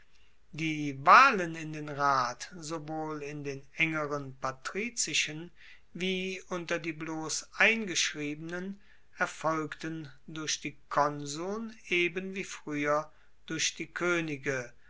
die wahlen in den rat sowohl in den engeren patrizischen wie unter die bloss eingeschriebenen erfolgten durch die konsuln eben wie frueher durch die koenige